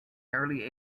early